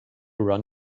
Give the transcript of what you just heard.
run